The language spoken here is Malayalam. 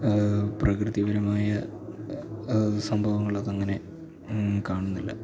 പ്രകൃതിപരമായ സംഭവങ്ങളതങ്ങനെ കാണുന്നില്ല